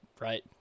Right